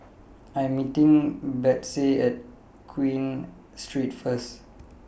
I Am meeting Betsey At Queen Street First